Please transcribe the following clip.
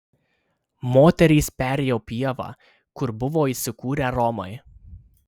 moterys perėjo pievą kur buvo įsikūrę romai